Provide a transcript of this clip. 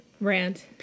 Rant